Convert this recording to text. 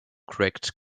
cracked